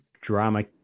drama